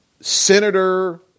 Senator